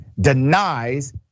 denies